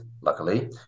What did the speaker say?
luckily